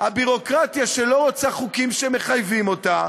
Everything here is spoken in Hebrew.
הביורוקרטיה שלא רוצה חוקים שמחייבים אותה,